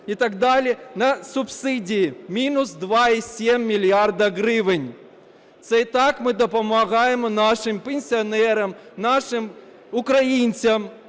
і так далі. На субсидії – мінус 2,7 мільярда гривень. Це так ми допомагаємо нашим пенсіонерам, нашим українцям,